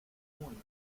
muy